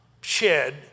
shed